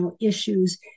issues